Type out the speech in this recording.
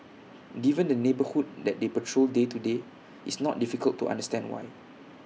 given the neighbourhood that they patrol day to day it's not difficult to understand why